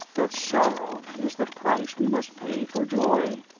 that sorrow is the price we must pay for joy?